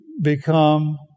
become